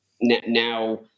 now